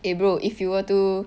eh bro if you were to